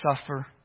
suffer